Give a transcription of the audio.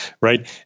right